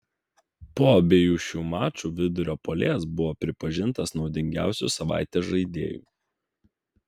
po abiejų šių mačų vidurio puolėjas buvo pripažintas naudingiausiu savaitės žaidėju